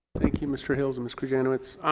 thank you, mr. hills and mr. janowicz. um,